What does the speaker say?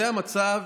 זה המצב.